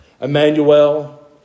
Emmanuel